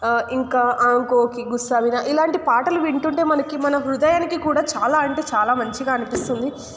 ఇంకా ఆంకోకి గుస్తాఖియా ఇలాంటి పాటలు వింటుంటే మనకి మన హృదయానికి కూడా చాలా అంటే చాలా మంచిగా అనిపిస్తుంది